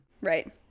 Right